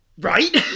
right